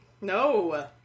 No